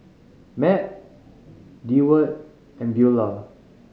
Matt Deward and Beaulah